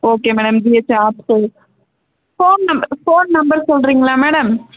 okay madam GH ஆப்போசிட்டில் phone நம் phone number சொல்கிறிங்களா மேடம்